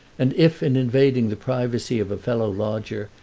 and if, in invading the privacy of a fellow-lodger,